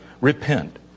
repent